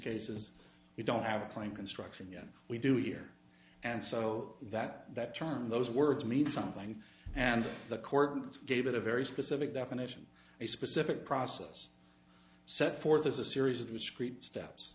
cases you don't have a claim construction we do here and so that that term those words mean something and the court gave it a very specific definition a specific process set forth as a series of discrete steps